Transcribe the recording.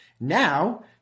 Now